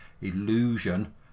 illusion